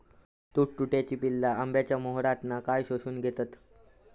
तुडतुड्याची पिल्ला आंब्याच्या मोहरातना काय शोशून घेतत?